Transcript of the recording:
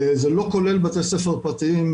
זה לא כולל בתי ספר פרטיים,